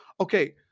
Okay